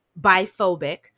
biphobic